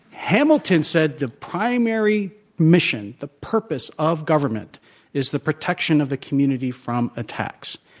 hamilton said the primary mission the purpose of government is the protection of the community from attacks.